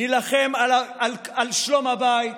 נילחם על שלום הבית,